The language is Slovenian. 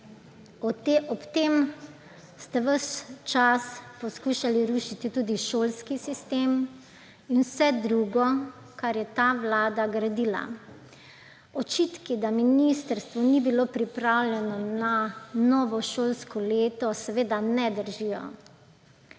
Ob tem, ste ves čas poskušali rušiti tudi šolski sistem in vse drugo, kar je ta vlada gradila. Očitki, da ministrstvo ni bilo pripravljeno na novo šolsko leto, seveda ne držijo.